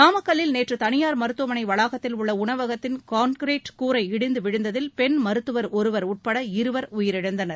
நாமக்கல்லில் நேற்று தனியார் மருத்துவமனை வளாகத்தில் உள்ள உணவகத்தின் காங்கிரீட் கூரை இடிந்து விழுந்ததில் பெண் மருத்துவர் ஒருவர் உட்பட இருவர் உயிரிழந்தனர்